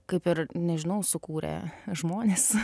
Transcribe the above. kaip ir nežinau sukūrė žmonės